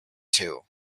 too